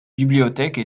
bibliothèque